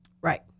Right